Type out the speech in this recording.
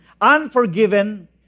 unforgiven